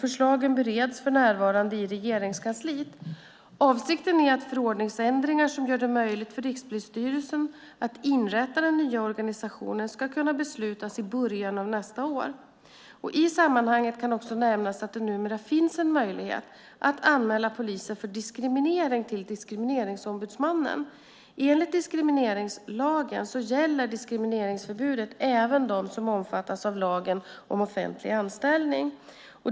Förslagen bereds för närvarande i Regeringskansliet. Avsikten är att förordningsändringar som gör det möjligt för Rikspolisstyrelsen att inrätta den nya organisationen ska kunna beslutas i början av nästa år. I sammanhanget kan också nämnas att det numera finns en möjlighet att anmäla poliser för diskriminering till Diskrimineringsombudsmannen. Enligt diskrimineringslagen gäller diskrimineringsförbudet även de som omfattas av lagen om offentlig anställning.